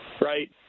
right